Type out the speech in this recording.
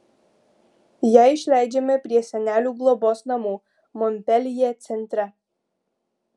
ją išleidžiame prie senelių globos namų monpeljė centre